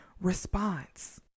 Response